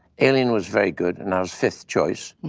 alien was very good, and i was fifth choice.